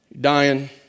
Dying